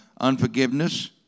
unforgiveness